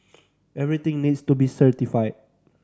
everything needs to be certified